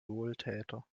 wohltäter